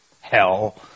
hell